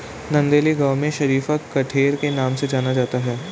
नंदेली गांव में शरीफा कठेर के नाम से जाना जाता है